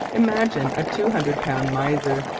imagine a two-hundred-pound miser!